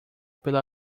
pela